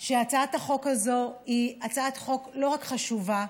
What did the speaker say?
שהצעת החוק הזאת היא הצעת חוק לא רק חשובה,